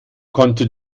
konnte